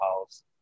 house